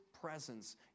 presence